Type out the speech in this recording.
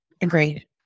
Agreed